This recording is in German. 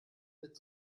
mit